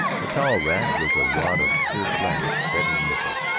the towel-rack was a rod of clear glass set in nickel.